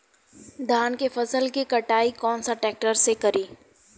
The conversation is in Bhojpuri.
धान के फसल के कटाई कौन सा ट्रैक्टर से करी?